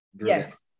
Yes